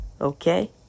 okay